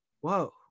whoa